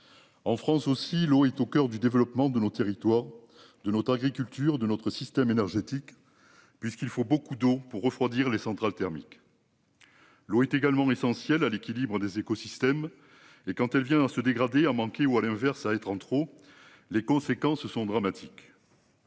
En France aussi. L'eau est au coeur du développement de nos territoires de notre agriculture de notre système énergétique puisqu'il faut beaucoup d'eau pour refroidir les centrales thermiques. L'eau est également essentielle à l'équilibre des écosystèmes et quand elle vient se dégrader, il en manquait ou à l'inverse, à être en trop. Les conséquences sont dramatiques.